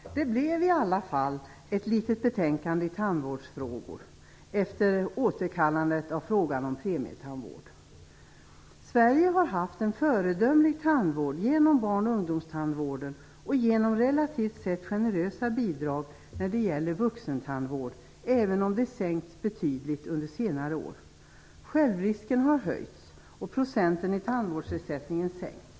Fru talman! Det blev i alla fall ett litet betänkande i tandvårdsfrågor efter återkallandet av frågan om premietandvård. Sverige har haft en föredömlig tandvård genom barn och ungdomstandvården och genom relativt sett generösa bidrag när det gäller vuxentandvård, även om de sänkts betydligt under senare år. Självrisken har höjts, och procenten i tandvårdsersättningen sänkts.